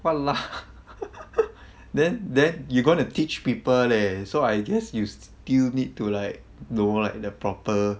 !walao! then then you going to teach people leh so I guess you still need to like know like the proper